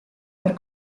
per